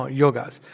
yogas